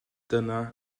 dyna